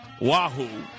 Wahoo